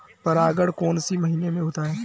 परागण कौन से महीने में होता है?